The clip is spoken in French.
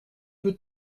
peu